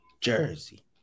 Jersey